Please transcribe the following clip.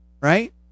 right